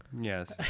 Yes